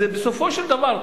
בסופו של דבר,